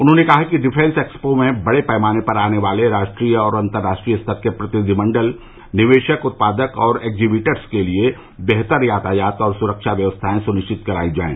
उन्होंने कहा कि डिफेंस एक्सपो में बड़े पैमाने पर आने वाले राष्ट्रीय और अंतर्राष्ट्रीय स्तर के प्रतिनिधि मंडल निवेशक उत्पादक और एकजीवेटर्स के लिये बेहतर यातायात और सुरक्षा व्यवस्थाये सुनिश्चित कराई जाये